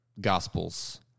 Gospels